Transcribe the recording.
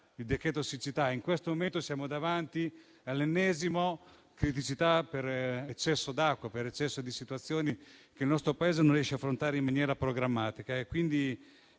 del decreto siccità e in questo momento ci troviamo davanti all'ennesima criticità per eccesso d'acqua e per situazioni che il nostro Paese non riesce ad affrontare in maniera programmatica. Quindi